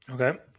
Okay